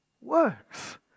works